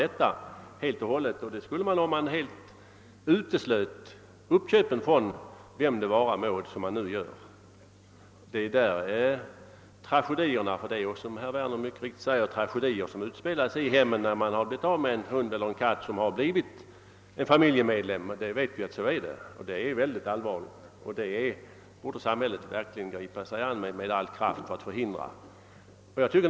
Det skulle kunna åstadkommas om man helt uteslöt uppköpen, från vem det vara månde. Det är där tragedierna uppkommer. Ty det blir tragedier — som herr Werner alldeles riktigt skildrade — i hemmen när man blivit av med en hund eller en katt som varit en familjemedlem. Detta är allvarligt, och samhället borde med all kraft gripa in för att förhindra sådana tragedier.